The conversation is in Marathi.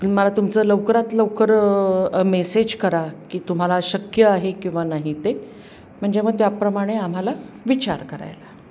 आणि मला तुमचं लवकरात लवकर मेसेज करा की तुम्हाला शक्य आहे किंवा नाही ते म्हणजे मग त्याप्रमाणे आम्हाला विचार करायला